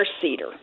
cedar